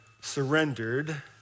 surrendered